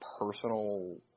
personal